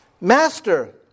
master